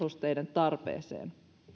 tarpeeseen